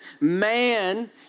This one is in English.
man